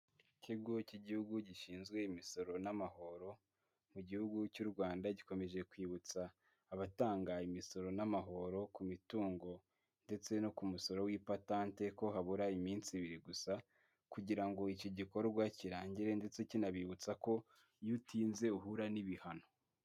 Ikigo cy'igihugu gishinzwe imisoro n'amahoro mu gihugu cy'u Rwanda, gikomeje kwibutsa abatanga imisoro n'amahoro ku mitungo ndetse no ku musoro w'ipatante, ko habura iminsi ibiri gusa kugira ngo iki gikorwa kirangire ndetse kinabibutsa ko iyo utinze uhura n'ibihano.